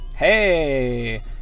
hey